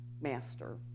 master